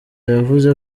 yavuze